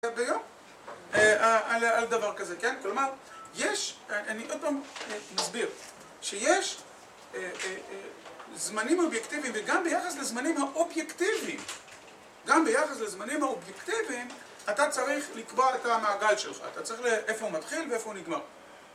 היום, על דבר כזה, כן? כלומר, יש, אני עוד פעם מסביר, שיש זמנים אובייקטיביים, וגם ביחס לזמנים האובייקטיביים, גם ביחס לזמנים האובייקטיביים, אתה צריך לקבוע את המעגל שלך, אתה צריך ל... איפה הוא מתחיל ואיפה הוא נגמר